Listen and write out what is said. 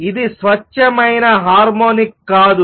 ఇది స్వచ్ఛమైన హార్మోనిక్ కాదు